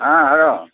ହଁ ହ୍ୟାଲୋ